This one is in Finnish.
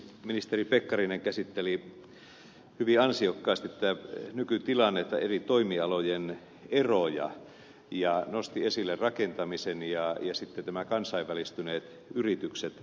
ministeri pekkarinen käsitteli hyvin ansiokkaasti tätä nykytilannetta eri toimialojen eroja ja nosti esille rakentamisen ja sitten nämä kansainvälistyneet yritykset